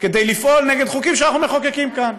כדי לפעול נגד חוקים שאנחנו מחוקקים כאן.